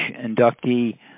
inductee